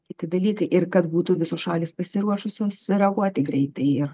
kiti dalykai ir kad būtų visos šalys pasiruošusios reaguoti greitai ir